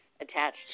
Attached